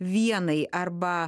vienai arba